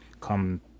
come